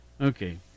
Okay